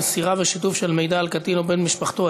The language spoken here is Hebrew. מסירה ושיתוף של מידע על קטין או על בן-משפחתו,